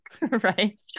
right